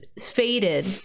faded